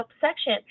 section